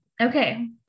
okay